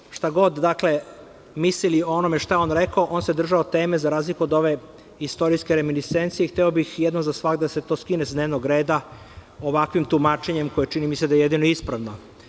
Dakle, šta god mislili o onome šta je on rekao, on se držao teme za razliku od ove istorijske reminisencije i hteo bih jednom za svagda da se to skine sa dnevnog reda ovakvim tumačenjem, koji čini mi se da je jedino ispravno.